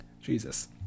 Jesus